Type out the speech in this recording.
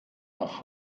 nach